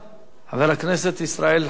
חבר הכנסת ישראל חסון.